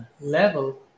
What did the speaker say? level